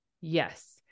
Yes